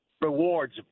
rewards